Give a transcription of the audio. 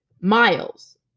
Miles